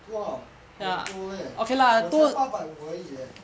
!wah! 好多 leh 我才八百五而已 eh